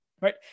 Right